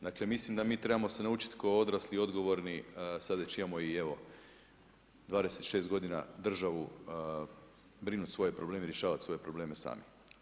Dakle, mislim da mi trebamo se naučiti ko odrasli, odgovorni, sada još imamo i evo, 26 godina državu, brinuti svoje probleme, rješavati svoje probleme sami.